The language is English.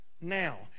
Now